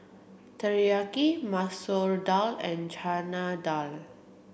Teriyaki Masoor Dal and Chana Dal